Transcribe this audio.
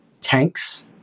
tanks